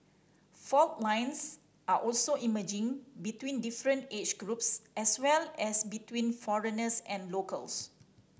fault lines are also emerging between different age groups as well as between foreigners and locals